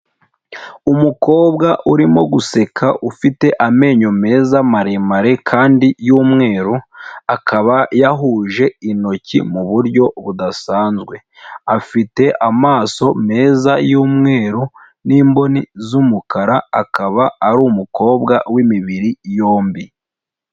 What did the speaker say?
Umukobwa urimo guseka, ufite amenyo meza maremare kandi y'umweru, akaba yahuje intoki mu buryo budasanzwe. Afite amaso meza y'umweru n'imboni z'umukara, akaba ari umukobwa w'imibiri yombi.